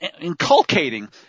inculcating